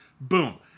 Boom